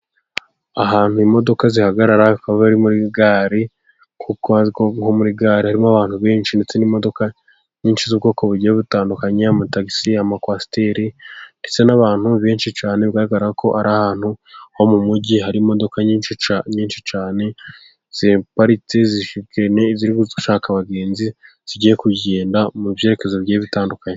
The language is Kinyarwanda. Ahantu imodoka zihagarara, akaba ari muri gare, kuko nko muri gare harimo abantu benshi, ndetse n’imodoka nyinshi z’ubwoko bugiye butandukanye: amatagisi, ama kwasiteri, ndetse n’abantu benshi cyane. Bigaragara ko ari ahantu ho mu mujyi, hari imodoka nyinshi, nyinshi cyane ziparitse, ziri gushaka abagenzi, zigiye kugenda mu byerekezo bigiye bitandukanye.